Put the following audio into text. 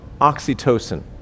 oxytocin